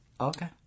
Okay